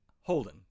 Holden